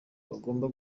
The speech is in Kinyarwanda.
bagomba